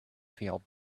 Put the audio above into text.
field